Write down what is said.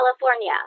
california